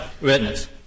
witness